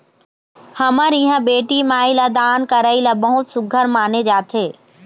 हमर इहाँ बेटी माई ल दान करई ल बहुत सुग्घर माने जाथे